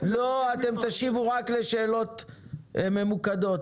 לא! אתם תשיבו רק לשאלות ממוקדות,